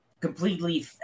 completely